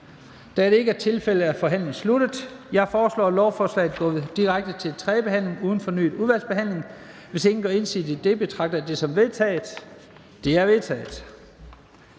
Da det ikke er tilfældet, er forhandlingen sluttet. Jeg foreslår, at lovforslaget går direkte til tredje behandling uden fornyet udvalgsbehandling. Hvis ingen gør indsigelse, betragter jeg det som vedtaget. Det er vedtaget.